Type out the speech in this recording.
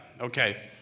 Okay